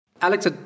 Alex